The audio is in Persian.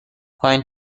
پایین